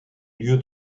lieu